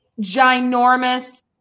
ginormous